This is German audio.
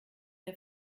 der